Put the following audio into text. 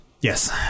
yes